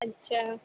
اچھا